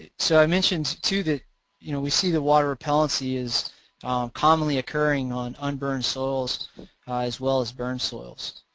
so i mentioned too that you know we see that water repellency is commonly occurring on unburned soils as well as burned soils.